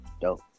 dope